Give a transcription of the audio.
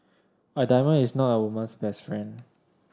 a diamond is not a woman's best friend